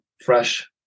fresh